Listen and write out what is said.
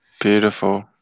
Beautiful